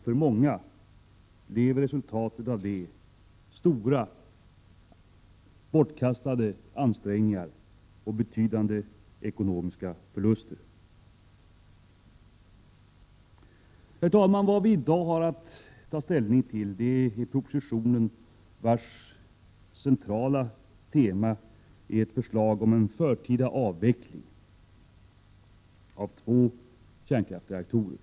För många blev resultatet av detta bortkastade ansträngningar och betydande ekonomiska förluster. 25 Herr talman! Vi har i dag att ta ställning till en proposition, vars centrala tema är ett förslag om en förtida avveckling av två kärnkraftsreaktorer.